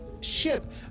ship